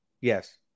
Yes